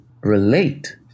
relate